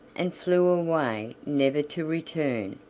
and flew away never to return.